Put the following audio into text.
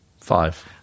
five